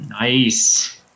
nice